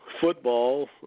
Football